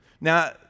Now